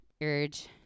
urge